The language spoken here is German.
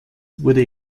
wurde